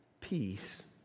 peace